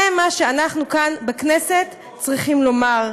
זה מה שאנחנו כאן בכנסת צריכים לומר.